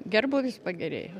gerbūvis pagerėjo